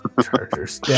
Chargers